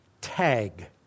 Tag